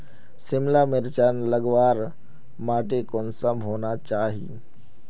सिमला मिर्चान लगवार माटी कुंसम होना चही?